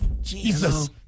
Jesus